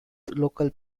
local